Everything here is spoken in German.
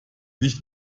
nicht